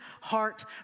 heart